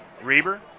Reber